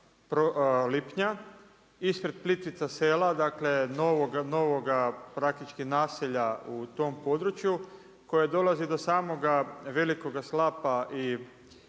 ispred Plitvica Sela, dakle novoga praktički naselja u tom području koje dolazi do samoga Velikoga slapa i